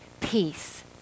peace